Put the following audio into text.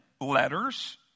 letters